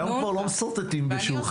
היום כבר לא משרטטים בשולחן.